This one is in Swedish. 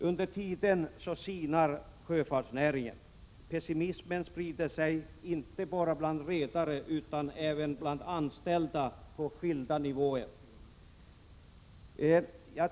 Under tiden sinar näringen, pessimismen sprider sig —- inte bara bland redare utan även bland anställda på skilda nivåer.